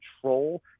control